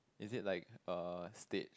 is it like uh stage